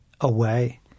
away